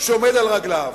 כשהוא עומד על רגליו.